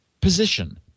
position